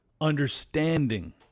understanding